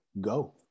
Go